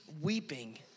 weeping